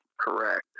correct